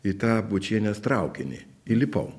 į tą bučienės traukinį įlipau